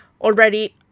already